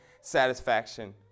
satisfaction